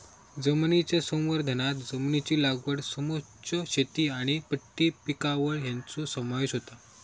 जमनीच्या संवर्धनांत जमनीची लागवड समोच्च शेती आनी पट्टी पिकावळ हांचो समावेश होता